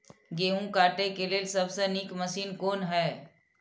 गेहूँ काटय के लेल सबसे नीक मशीन कोन हय?